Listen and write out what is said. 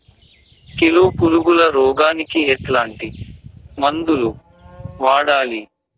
Kilo పులుగుల రోగానికి ఎట్లాంటి మందులు వాడాలి?